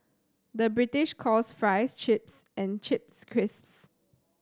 the British calls fries chips and chips crisps